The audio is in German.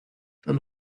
dann